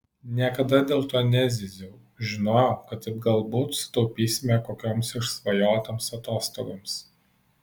niekada dėl to nezyziau žinojau kad taip galbūt sutaupysime kokioms išsvajotoms atostogoms